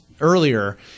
earlier